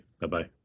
Bye-bye